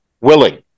willing